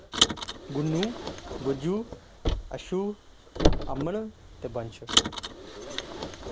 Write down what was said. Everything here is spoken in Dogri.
गुन्नुस गुज्झू अच्छू अमन ते बंश